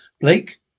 Blake